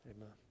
Amen